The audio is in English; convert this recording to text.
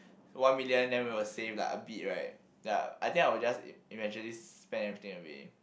one million then we will save like a bit right ya I think I will just eventually spend everything away